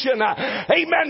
Amen